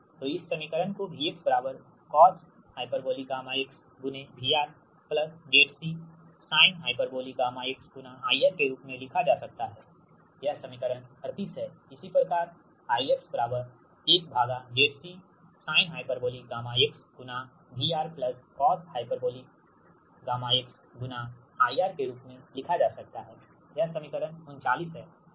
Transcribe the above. तो इस समीकरण को V cosh γx VR ZC sinh γx IR के रूप में लिखा जा सकता है यह समीकरण 38 है इसी प्रकार I 1Zc sinhγx VR coshγx IR के रूप में लिखा जा सकता है यह समीकरण 39 है ठीक